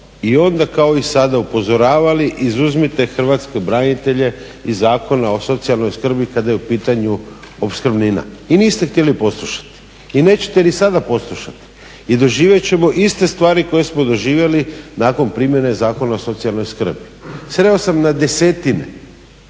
i onda kao i sada upozoravali izuzmite hrvatske branitelje iz Zakona o socijalnoj skrbi kada je u pitanju opskrbnina i niste htjeli poslušati i nećete ni sada poslušati i doživjet ćemo iste stvari koje smo doživjeli nakon primjene Zakona o socijalnoj skrbi. Sreo sam na desetine